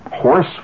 Horse